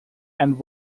and